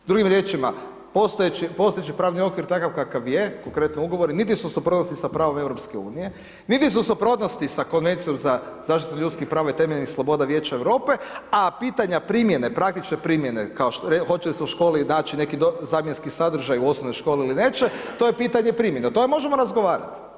Drugim riječima, postojeći pravni okvir takav kakav je, konkretno ugovor, niti je u suprotnosti sa pravog EU, niti su suprotnosti sa Konvencijom za zaštitu ljudskih prava i temeljnih sloboda Vijeća Europe, a pitanja primjene, praktične primjene kao što, hoće li se u školi naći neki zamjenski sadržaj u osnovnoj školi ili neće, to je pitanje primjene, o tome možemo razgovarati.